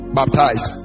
baptized